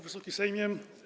Wysoki Sejmie!